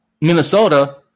Minnesota